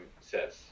says